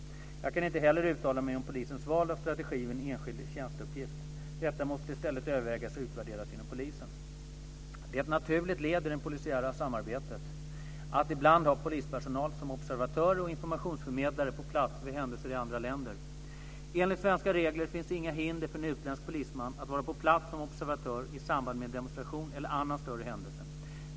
Jag kan inte heller uttala mig om polisens val av strategi vid en enskild tjänsteuppgift. Detta måste i stället övervägas och utvärderas inom polisen. Det är ett naturligt led i det polisiära samarbetet att ibland ha polispersonal som observatörer och informationsförmedlare på plats vid händelser i andra länder. Enligt svenska regler finns inget hinder för en utländsk polisman att vara på plats som observatör i samband med en demonstration eller annan större händelse.